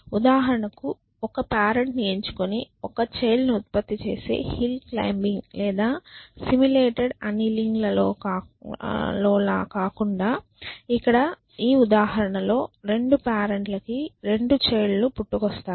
ఉదాహరణకు ఒక పేరెంట్ ని ఎంచుకుని ఒక చైల్డ్ ని ఉత్పత్తి చేసే హిల్ క్లైమ్బింగ్ లేదా సిములేటెడ్ అన్నీలింగ్ లో ల కాకుండా ఇక్కడ ఈ ఉదాహరణలో 2 పేరెంట్ లకి 2 చైల్డ్ లు పుట్టుకొస్తాయి